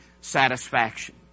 satisfaction